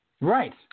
Right